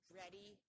ready